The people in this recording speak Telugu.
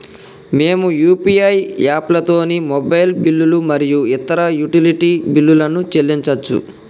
మేము యూ.పీ.ఐ యాప్లతోని మొబైల్ బిల్లులు మరియు ఇతర యుటిలిటీ బిల్లులను చెల్లించచ్చు